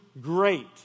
great